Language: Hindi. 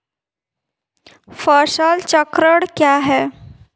फसल चक्रण क्या है?